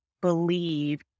believe